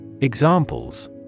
Examples